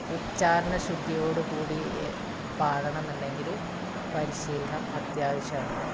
ഉച്ചാരണ ശുദ്ധിയോടുകൂടി പാടണമെന്നുണ്ടെങ്കില് പരിശീലനം അത്യാവശ്യമാണ്